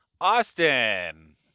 austin